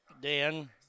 Dan